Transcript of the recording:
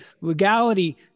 legality